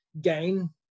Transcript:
gain